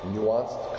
Nuanced